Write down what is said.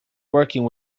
working